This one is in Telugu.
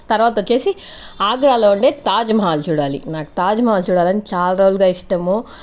తర్వాత వచ్చేసి ఆగ్రాలో ఉండే తాజ్మహల్ చూడాలి నాకు తాజ్మహల్ చూడాలని చాలా రోజులుగా ఇష్టము